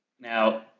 Now